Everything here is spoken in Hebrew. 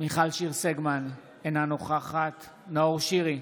מיכל שיר סגמן, אינה נוכחת נאור שירי,